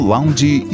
Lounge